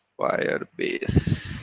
Firebase